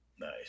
nice